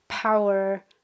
power